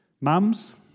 Mums